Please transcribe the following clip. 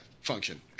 Function